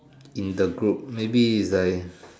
in the group maybe is like